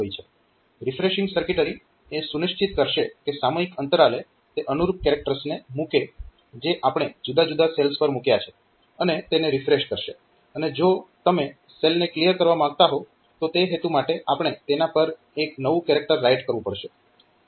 refreshing circuitry એ સુનિશ્ચિત કરશે કે સામયિક અંતરાલે તે અનુરૂપ કેરેક્ટર્સને મૂકે જે આપણે જુદા જુદા સેલ્સ પર મૂક્યા છે અને તેને રિફ્રેશ કરશે અને જો તમે સેલને ક્લિયર કરવા માંગતા હોવ તો તે હેતુ માટે આપણે તેના પર એક નવું કેરેક્ટર રાઈટ કરવું પડશે